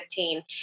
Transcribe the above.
2015